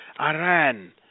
Iran